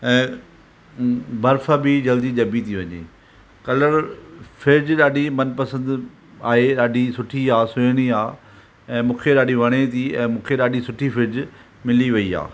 ऐं बर्फ़ु बि जल्दी जमी थी वञे कलरु फ़्रिजु ॾाढी मनपसंदि आहे ॾाढी सुठी आहे सुहिणी आहे ऐं मूंखे ॾाढी वणे थी ऐं मूंखे ॾाढी सुठी फ़्रिजु मिली वई आहे